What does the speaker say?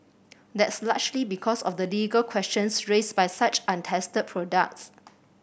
that's largely because of the legal questions raised by such untested products